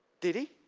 did he?